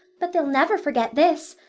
but they'll never forget this.